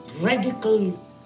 radical